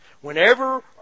Whenever